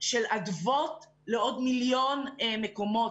לעוד מיליון מקומות.